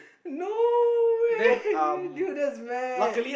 no way dude that's mad